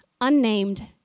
unnamed